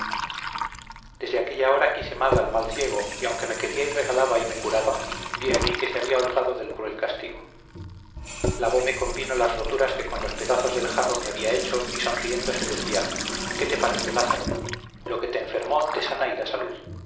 desde aquella hora quise mal al mal ciego y aunque me quería y regalaba y me curaba bien vi que se había holgado del cruel castigo lavóme con vino las roturas que con los pedazos del jarro me había hecho y sonriéndose decía qué te parece lázaro lo que te enfermó te sana y da salud